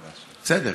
ממש לא.